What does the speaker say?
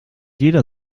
jeder